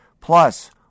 Plus